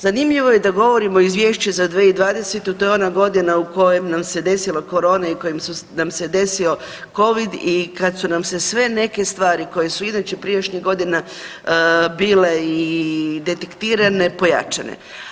Zanimljivo je da govorimo o izvješću za 2020. to je ona godina u kojoj nam se desila korona i u kojoj nam se desio Covid i kad su nam se sve neke stvari koje su inače prijašnjih godina bile i detektirane pojačane.